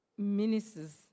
ministers